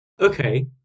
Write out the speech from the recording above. okay